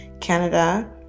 Canada